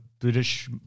British